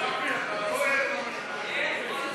ההסתייגות